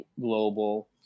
global